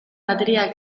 bateria